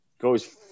Goes